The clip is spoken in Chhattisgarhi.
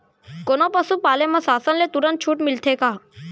कोनो पसु पाले म शासन ले तुरंत छूट मिलथे का?